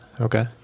Okay